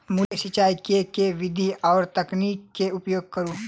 मूली केँ सिचाई केँ के विधि आ तकनीक केँ उपयोग करू?